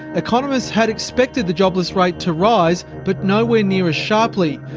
economists had expected the jobless rate to rise, but nowhere near as sharply.